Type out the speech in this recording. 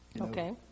Okay